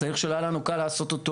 זה הליך שלא היה לנו קל לעשות אותו.